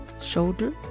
shoulder